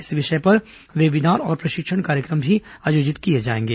इस विषय पर पर वेबीनार और प्रशिक्षण कार्यक्रम भी आयोजित किये जाएंगे